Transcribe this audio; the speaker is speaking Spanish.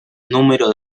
número